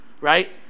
right